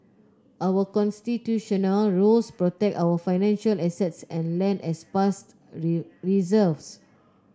our Constitutional rules protect our financial assets and land as past reserves